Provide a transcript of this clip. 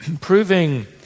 proving